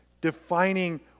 defining